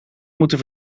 moeten